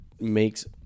makes